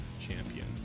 champion